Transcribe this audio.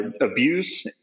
abuse